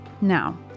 Now